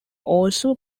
also